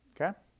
okay